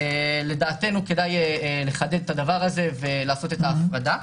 לדעתנו כדאי לחדד את זה ולעשות את ההפרדה.